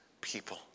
people